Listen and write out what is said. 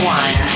one